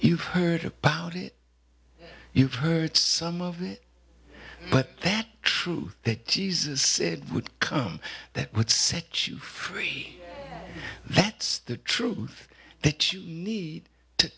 you've heard about it you've heard some of this but that truth that jesus said would come that would set you free that's the truth that you need to